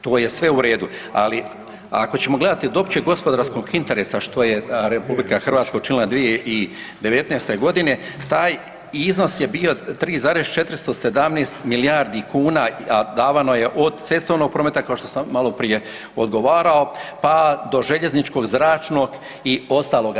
To je sve u redu, a ako ćemo gledati od općeg gospodarskog interesa što je RH učinila 2019.-te godine taj iznos je bio 3,417 milijardi kuna, a davano je od cestovnog prometa kao što sam maloprije odgovarao pa do željezničkog, zračnog i ostaloga.